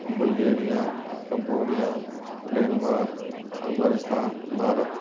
Bulgaria Cambodia Denmark Afghanistan Bharat